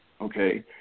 okay